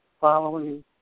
following